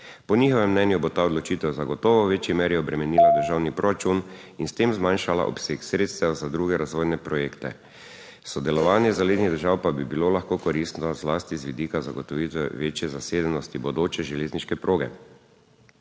Po njihovem mnenju bo ta odločitev zagotovo v večji meri obremenila državni proračun in s tem zmanjšala obseg sredstev za druge razvojne projekte, sodelovanje zalednih držav pa bi lahko bilo koristno zlasti z vidika zagotovitve večje zasedenosti bodoče železniške proge.